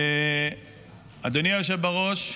אדוני היושב בראש,